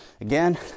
again